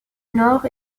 nord